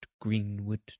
greenwood